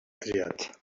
triat